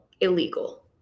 illegal